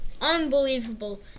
Unbelievable